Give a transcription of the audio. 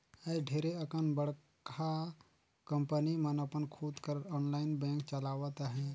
आएज ढेरे अकन बड़का कंपनी मन अपन खुद कर आनलाईन बेंक चलावत अहें